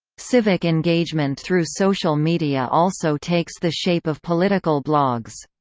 civic engagement through social media also takes the shape of political blogs.